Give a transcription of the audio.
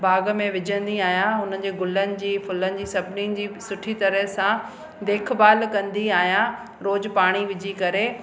बाग़ में विझंदी आहियां उन्हनि जे गुलनि जी फ़ुलनि जी सभिनीनि जी सुठी तरह सां देखभालु कंदी आहियां रोज़ पाणी विझी करे